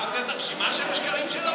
אתה רוצה את הרשימה של השקרים שלו?